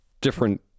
different